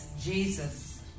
Jesus